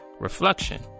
reflection